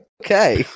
Okay